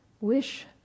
wish